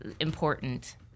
important